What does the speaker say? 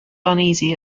uneasy